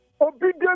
Obedient